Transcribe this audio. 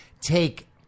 take